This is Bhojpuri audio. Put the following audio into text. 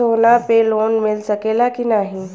सोना पे लोन मिल सकेला की नाहीं?